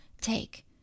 take